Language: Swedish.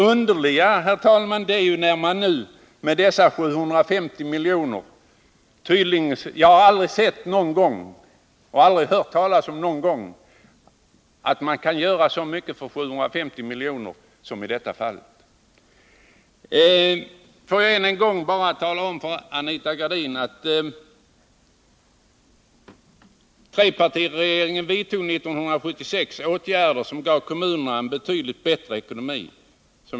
Aldrig någon gång har jag emellertid hört talas om att man skulle kunna göra så mycket för de nu aktuella 750 miljonerna som man tydligen anser vara möjligt i det här fallet. Låt mig än en gång tala om för Anita Gradin att trepartiregeringen 1976 vidtog åtgärder som gav kommunerna en betydligt bättre ekonomi.